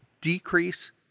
decrease